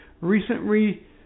recently